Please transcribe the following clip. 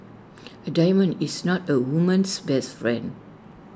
A diamond is not A woman's best friend